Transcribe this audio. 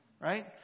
right